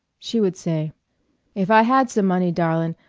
she would say if i had some money, darlin',